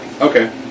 Okay